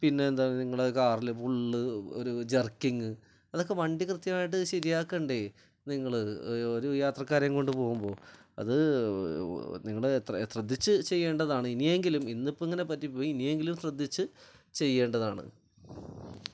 പിന്നെ എന്താ നിങ്ങളുടെ കാറിൽ ഫുള്ള് ഒരു ജർക്കിങ് അതൊക്കെ വണ്ടി കൃത്യമായിട്ട് ശരിയാക്കണ്ടേ നിങ്ങൾ ഒരു യാത്രക്കാരെയും കൊണ്ട് പോകുമ്പോൾ അത് നിങ്ങൾ ശ്രദ്ധിച്ചു ചെയ്യേണ്ടതാണ് ഇനിയെങ്കിലും ഇന്നിപ്പോൾ ഇങ്ങനെ പറ്റിപ്പോയി ഇനിയെങ്കിലും ശ്രദ്ധിച്ചു ചെയ്യേണ്ടതാണ്